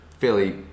fairly